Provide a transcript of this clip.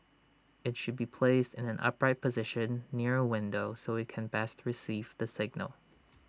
IT should be placed in an upright position near A window so IT can best receive the signal